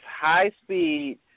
high-speed